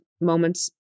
moments